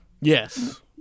yes